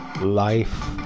life